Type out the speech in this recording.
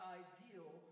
ideal